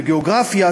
בגיאוגרפיה,